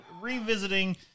revisiting